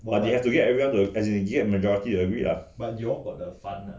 but you have to get everyone to as in get majority to agree ah b